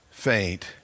faint